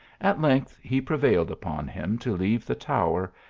at length he prevailed upon him to leave the tower,